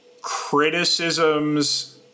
criticisms